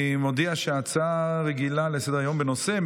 אני מודיע שההצעה הרגילה לסדר-היום בנושא: